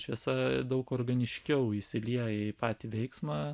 šviesa daug organiškiau įsilieja į patį veiksmą